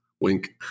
Wink